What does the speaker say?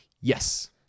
Yes